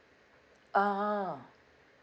(uh huh)